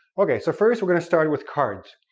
okay, so first we're going to start with cards.